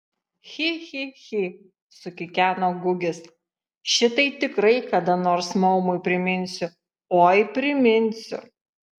chi chi chi sukikeno gugis šitai tikrai kada nors maumui priminsiu oi priminsiu